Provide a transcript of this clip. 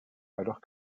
alors